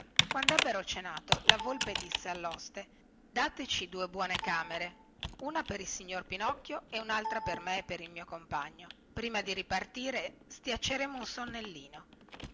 quandebbero cenato la volpe disse alloste dateci due buone camere una per il signor pinocchio e unaltra per me e per il mio compagno prima di ripartire schiacceremo un sonnellino